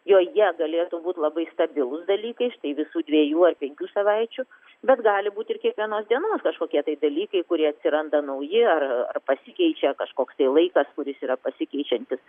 joje galėtų būt labai stabilūs dalykai štai visų dvejų ar penkių savaičių bet gali būt ir kiekvienos dienos kažkokie tai dalykai kurie atsiranda nauji ar ar pasikeičia kažkoks tai laikas kuris yra pasikeičiantis